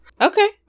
Okay